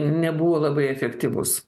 nebuvo labai efektyvus